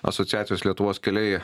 asociacijos lietuvos keliai